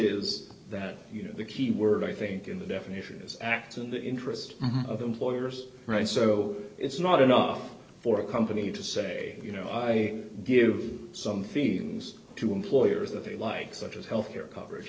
know the key word i think in the definition is act in the interest of employers right so it's not enough for a company to say you know i give some feelings to employers that they like such as health care coverage